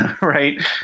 right